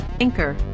Anchor